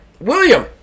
William